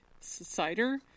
cider